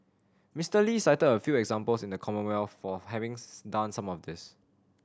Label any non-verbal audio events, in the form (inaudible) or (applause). Mister Lee cited a few examples in the Commonwealth for having (unintelligible) done some of this